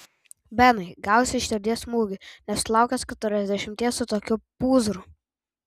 benai gausi širdies smūgį nesulaukęs keturiasdešimties su tokiu pūzru